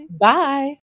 Bye